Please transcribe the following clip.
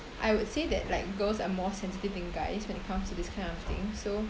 I would say that like girls are more sensitive than guys when it comes to this kind of thing so